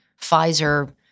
Pfizer